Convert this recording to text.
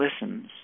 listens